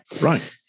Right